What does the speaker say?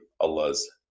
Allah's